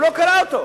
הוא לא קרא אותו.